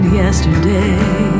yesterday